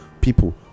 people